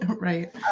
right